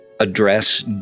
address